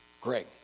Greg